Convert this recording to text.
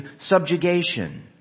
subjugation